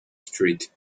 street